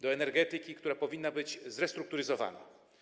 Do energetyki, która powinna być zrestrukturyzowana.